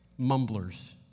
mumblers